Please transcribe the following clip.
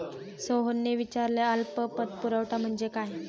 सोहनने विचारले अल्प पतपुरवठा म्हणजे काय?